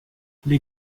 les